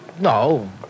no